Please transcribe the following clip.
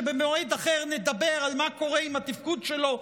שבמועד אחר נדבר על מה קורה עם התפקוד שלו,